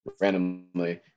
randomly